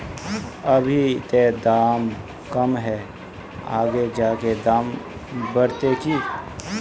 अभी ते दाम कम है आगे जाके दाम बढ़ते की?